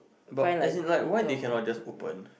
but as in like why they cannot just open